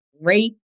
rape